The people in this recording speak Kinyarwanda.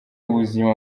ubuzima